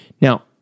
Now